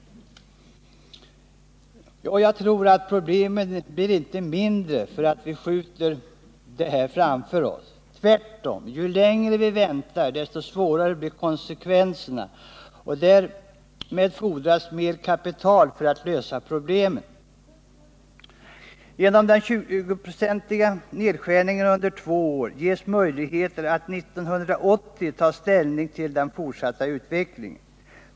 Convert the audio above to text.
Jag tror inte att problemen blir mindre därför att vi skjuter dem framför oss. Tvärtom — ju längre vi väntar, desto svårare blir konsekvenserna, och därmed fordras mer kapital för att lösa problemen. Genom den 20-procentiga nedskärningen under två år ges möjligheter att 1980 ta ställning till den fortsatta utvecklingen.